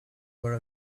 were